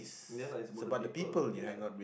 ya lah it's about the people ya